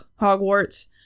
Hogwarts